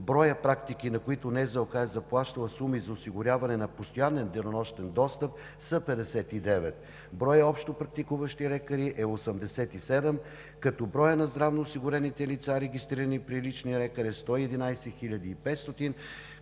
Броят практики, на които НЗОК е заплащала суми за осигуряване на постоянен денонощен достъп, са 59. Броят общопрактикуващи лекари е 87, като броят на здравноосигурените лица, регистрирани при личния лекар, е 111 500,